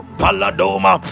paladoma